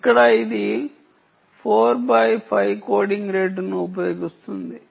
ఇక్కడ ఇది 4 by 5 coding రేటును ఉపయోగిస్తుంది